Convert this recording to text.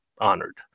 honored